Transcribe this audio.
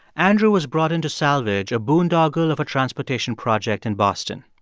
andrew was brought in to salvage a boondoggle of a transportation project in boston,